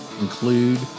include